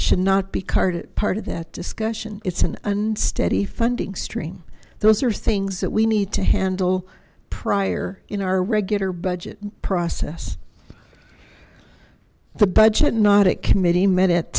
should not be carted part of that discussion it's an unsteady funding stream those are things that we need to handle prior in our regular budget process the budget not it committee met